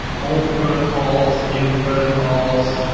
old protocols, new protocols.